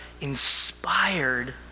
inspired